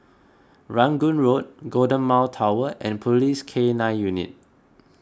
Rangoon Road Golden Mile Tower and Police K nine Unit